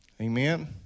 Amen